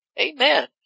Amen